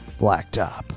Blacktop